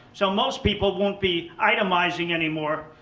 so, most people won't be itemizing anymore.